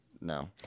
No